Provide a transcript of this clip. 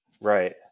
Right